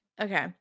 Okay